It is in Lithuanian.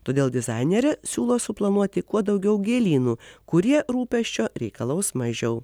todėl dizainerė siūlo suplanuoti kuo daugiau gėlynų kurie rūpesčio reikalaus mažiau